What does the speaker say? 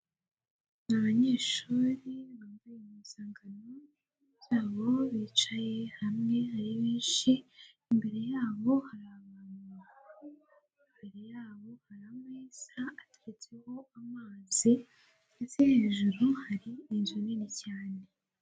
Abanyeshuri bambaye impuzangano zabo bicaye hamwe ari benshi, imbere yabo hari abantu, imbere yabo hari ameza ateretseho amazi, ndetse hejuru hari inzu nini cyane.